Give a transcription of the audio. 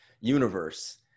universe